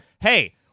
hey